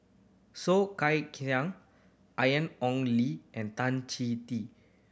Soh Kay Siang Ian Ong Li and Tan Chee Tee